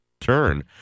turn